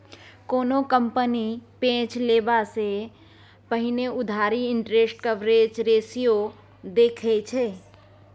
कोनो कंपनी पैंच लेबा सँ पहिने उधारी इंटरेस्ट कवरेज रेशियो देखै छै